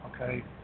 okay